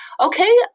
Okay